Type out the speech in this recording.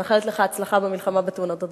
אני מאחלת לך הצלחה במלחמה בתאונות הדרכים.